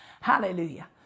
Hallelujah